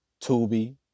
Tubi